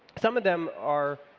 some of them are